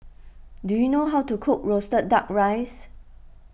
do you know how to cook Roasted Duck Rice